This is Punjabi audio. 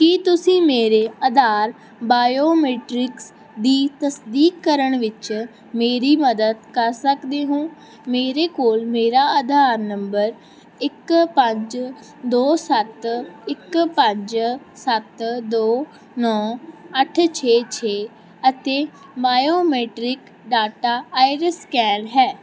ਕੀ ਤੁਸੀਂ ਮੇਰੇ ਆਧਾਰ ਬਾਇਓਮੀਟ੍ਰਿਕਸ ਦੀ ਤਸਦੀਕ ਕਰਨ ਵਿੱਚ ਮੇਰੀ ਮਦਦ ਕਰ ਸਕਦੇ ਹੋ ਮੇਰੇ ਕੋਲ ਮੇਰਾ ਆਧਾਰ ਨੰਬਰ ਇੱਕ ਪੰਜ ਦੋ ਸੱਤ ਇੱਕ ਪੰਜ ਸੱਤ ਦੋ ਨੌਂ ਅੱਠ ਛੇ ਛੇ ਅਤੇ ਬਾਇਓਮੀਟ੍ਰਿਕ ਡਾਟਾ ਆਇਰਿਸ ਸਕੈਨ ਹੈ